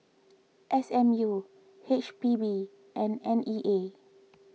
S M U H P B and N E A